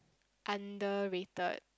underrated